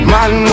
Man